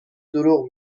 دروغ